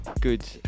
good